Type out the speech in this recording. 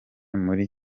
muri